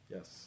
Yes